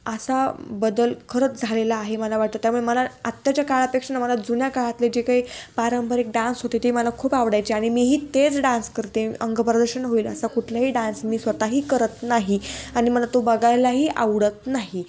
असा बदल खरंच झालेला आहे मला वाटतं त्यामुळे मला आत्ताच्या काळापेक्षा ना मला जुन्या काळातले जे काही पारंपरिक डान्स होते ते मला खूप आवडायचे आणि मीही तेच डान्स करते अंग प्रदर्शन होईल असा कुठलाही डान्स मी स्वतःही करत नाही आणि मला तो बघायलाही आवडत नाही